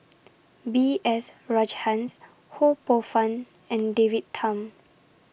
B S Rajhans Ho Poh Fun and David Tham